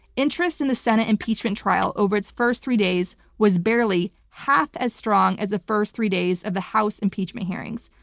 interest in the senate impeachment trial over its first three days was barely half as strong as the first three days of the house impeachment hearings.